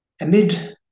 amid